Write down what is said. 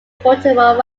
baltimore